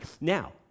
Now